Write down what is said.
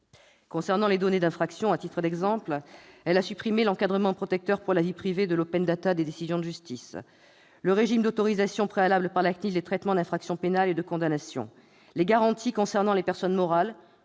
pour les données d'infraction, l'Assemblée nationale a supprimé l'encadrement, protecteur pour la vie privée, de l'des décisions de justice, le régime d'autorisation préalable par la CNIL des traitements d'infractions pénales et de condamnations, ainsi que les garanties concernant les personnes morales